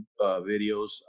videos